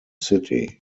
city